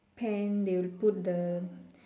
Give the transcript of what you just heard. pan they will put the